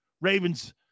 Ravens